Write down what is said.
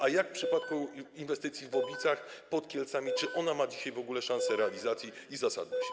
A co w przypadku inwestycji w Obicach pod Kielcami, czy ona ma dzisiaj w ogóle szansę realizacji i zasadność?